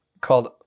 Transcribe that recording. called